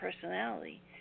personality